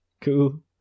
cool